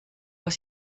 pas